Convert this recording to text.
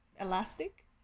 elastic